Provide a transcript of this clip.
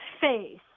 face